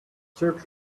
church